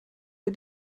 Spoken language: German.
für